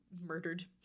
Murdered